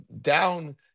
down